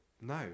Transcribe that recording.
No